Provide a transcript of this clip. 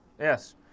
Yes